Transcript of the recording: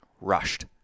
rushed